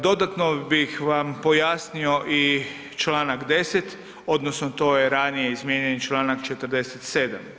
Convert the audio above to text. Dodatno bih vam pojasnio i čl. 10., odnosno to je ranije izmijenjeni čl. 47.